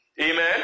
Amen